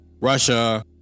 Russia